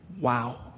Wow